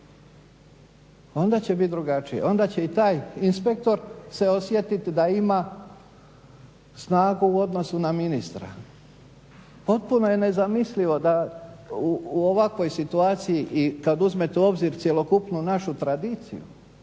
onda će biti drugačije. Onda će i taj inspektor se osjetiti da ima snagu u odnosu na ministra. Potpuno je nezamislivo da u ovakvoj situaciji i kad uzmete u obzir cjelokupnu našu tradiciju